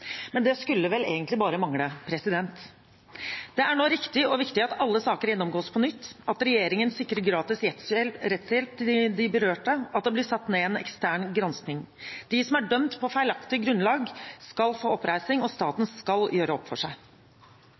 Men det skulle vel egentlig bare mangle. Det er nå riktig og viktig at alle saker gjennomgås på nytt, at regjeringen sikrer gratis rettshjelp til de berørte, og at det blir foretatt en ekstern gransking. De som har blitt dømt på et feilaktig grunnlag, skal få oppreising, og staten skal gjøre opp for seg.